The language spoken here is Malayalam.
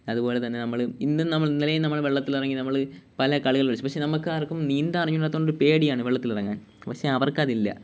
അതുപോലെ തന്നെ നമ്മള് ഇന്നും നമ്മള് ഇന്നലെയും നമ്മള് വെള്ളത്തിൽ ഇറങ്ങി നമ്മള് പല കളികൾ കളിച്ചു പക്ഷെ നമുക്ക് ആർക്കും നീന്താൻ അറിഞ്ഞുകൂടാത്തതുകൊണ്ട് പേടിയാണ് വെള്ളത്തിൽ ഇറങ്ങാൻ പക്ഷെ അവർക്ക് അതില്ല